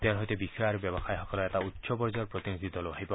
তেওঁৰ সৈতে বিষয়া আৰু ব্যৱসায়ীসকলৰ এটা উচ্চ পৰ্যায়ৰ প্ৰতিনিধি দলো আহিব